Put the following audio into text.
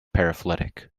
paraphyletic